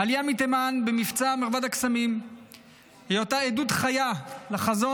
העלייה מתימן במבצע מרבד הקסמים הייתה עדות חיה לחזון